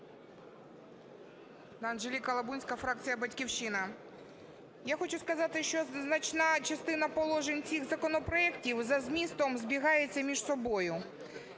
Анжеліка Лабунська, фракція "Батьківщина". Я хочу сказати, що значна частина положень цих законопроектів за змістом збігається між собою.